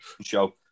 show